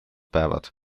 päevad